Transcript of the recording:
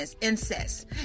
incest